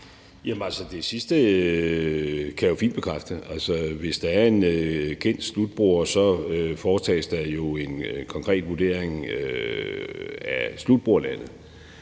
Det sidste kan jeg fint bekræfte. Altså, hvis der er en kendt slutbruger, foretages der jo en konkret vurdering af slutbrugerlandet.